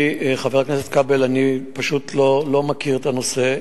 חבר הכנסת כבל, אני פשוט לא מכיר את הנושא.